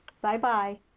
Bye-bye